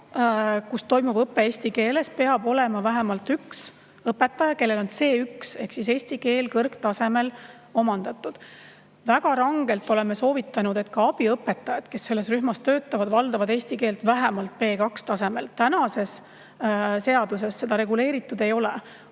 kus toimub õpe eesti keeles, peab olema vähemalt üks õpetaja, kellel on eesti keel C1 ehk siis kõrgtasemel omandatud. Väga rangelt oleme soovitanud, et ka abiõpetajad, kes selles rühmas töötavad, valdaksid eesti keelt vähemalt B2‑tasemel. Praeguses seaduses seda reguleeritud ei ole.